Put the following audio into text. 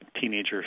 teenager's